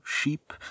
sheep